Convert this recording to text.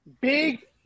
Big